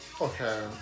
Okay